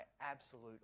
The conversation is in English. absolute